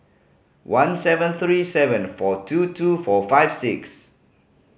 one seven three seven four two two four five six